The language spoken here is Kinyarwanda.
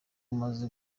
umaze